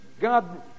God